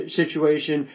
situation